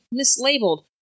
mislabeled